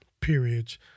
periods